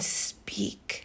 speak